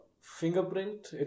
fingerprint